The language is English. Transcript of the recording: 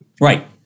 right